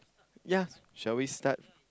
ya shall we start